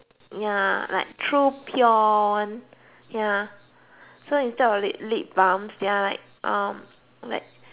ya like true pure one ya so instead of lip lip balm they're like um like